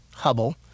Hubble